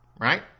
right